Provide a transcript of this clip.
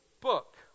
book